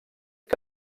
que